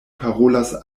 parolas